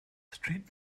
street